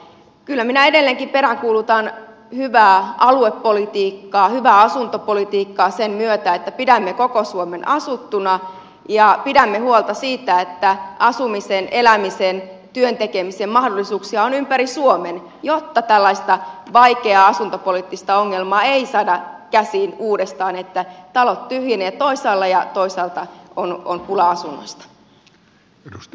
kyllä minä edelleenkin peräänkuulutan hyvää aluepolitiikkaa hyvää asuntopolitiikkaa sen myötä että pidämme koko suomen asuttuna ja pidämme huolta siitä että asumisen elämisen työn tekemisen mahdollisuuksia on ympäri suomen jotta tällaista vaikeaa asuntopoliittista ongelmaa ei saada käsiin uudestaan että talot tyhjenevät toisaalla ja toisaalla on pulaa asunnoista